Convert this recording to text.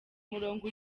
umurongo